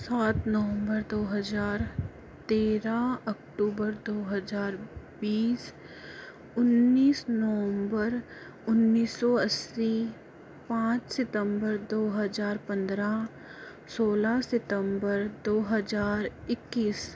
सात नवंबर दो हज़ार तेरह अक्टूबर दो हज़ार बीस उन्नीस नवंबर उन्नीस सौ अस्सी पाँच सितंबर दो हज़ार पन्द्रह सोलह सितंबर दो हज़ार इक्कीस